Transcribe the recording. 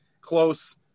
close